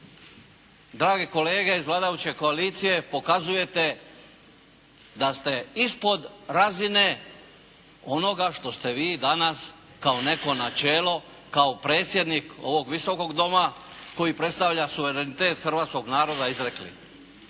dragi kolege iz vladajuće koalicije pokazujete da ste ispod razine onoga što ste vi danas kao neko načelo kao predsjednik ovog Visokog doma koji predstavlja suverenitet hrvatskog naroda izrekli.